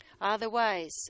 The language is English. Otherwise